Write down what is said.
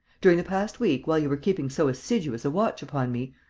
during the past week, while you were keeping so assiduous a watch upon me,